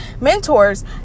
mentors